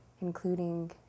including